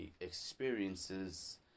experiences